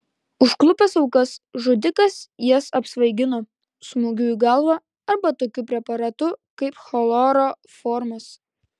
užklupęs aukas žudikas jas apsvaigino smūgiu į galvą arba tokiu preparatu kaip chloroformas